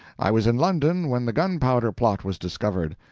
i was in london when the gunpowder plot was discovered.